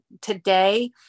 today